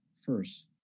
first